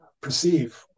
perceive